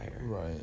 Right